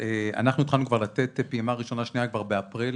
אנחנו התחלנו לתת פעימה ראשונה ושנייה כבר באפריל,